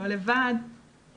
לא לבד,